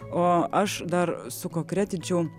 o aš dar sukonkretinčiau